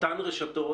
אותן רשתות,